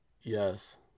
Yes